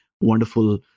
wonderful